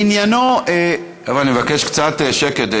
בענייננו, חבר'ה, אני מבקש קצת שקט.